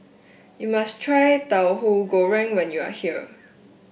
you must try Tauhu Goreng when you are here